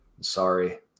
sorry